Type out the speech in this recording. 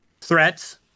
threats